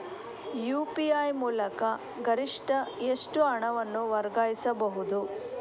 UPI ಮೂಲಕ ಗರಿಷ್ಠ ಎಷ್ಟು ಹಣವನ್ನು ವರ್ಗಾಯಿಸಬಹುದು?